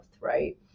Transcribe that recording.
right